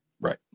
Right